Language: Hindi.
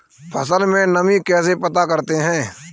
फसल में नमी कैसे पता करते हैं?